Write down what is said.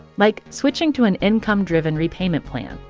like switching to an income-driven repayment plan,